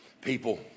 People